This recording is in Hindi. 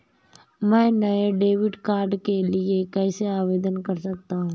मैं नए डेबिट कार्ड के लिए कैसे आवेदन कर सकता हूँ?